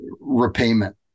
Repayment